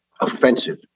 offensive